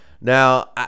Now